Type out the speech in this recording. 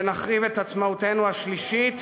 ונחריב את עצמאותנו השלישית,